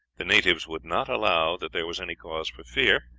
the natives would not allow that there was any cause for fear,